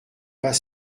pas